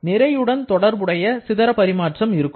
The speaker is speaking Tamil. ஆனால் நிறைவுடன் தொடர்புடைய சிதற பரிமாற்றம் இருக்கும்